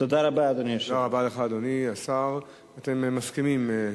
תודה רבה, אדוני היושב-ראש.